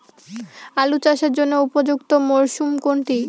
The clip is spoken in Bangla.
আলু চাষের জন্য উপযুক্ত মরশুম কোনটি?